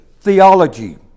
theology